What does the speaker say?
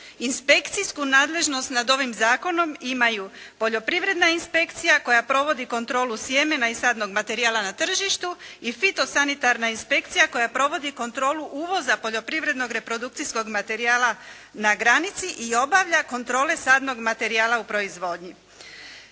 inspekcijsku nadležnost nad ovim zakonom imaju poljoprivredna inspekcija koja provodi kontrolu sjemena i sadnog materijala na tržištu i fitosanitarna inspekcija koja provodi kontrolu uvoza poljoprivrednog reprodukcijskog materijala na granici i obavlja kontrole sadnog materijala u proizvodnji.